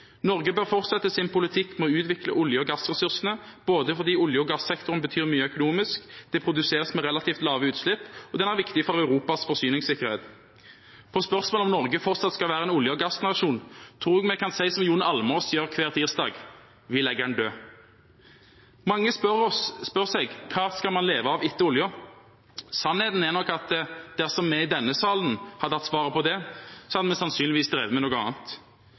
Norge bør fortsette sin politikk med å utvikle olje- og gassressursene både fordi olje- og gassektoren betyr mye økonomisk, og det produseres med relativt lave utslipp, og den er viktig for Europas forsyningssikkerhet. På spørsmålet om Norge fortsatt skal være en olje- og gassnasjon, tror jeg vi kan si som Jon Almaas gjør hver tirsdag: Vi legger’n død. Mange spør seg. Hva skal man leve av etter oljen? Sannheten er nok at dersom vi i denne salen hadde hatt svaret på det, hadde vi sannsynligvis drevet med noe annet.